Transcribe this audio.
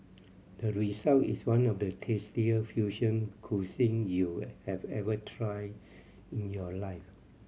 the result is one of the tastiest fusion cuisine you have ever tried in your life